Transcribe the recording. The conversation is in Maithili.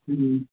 की देब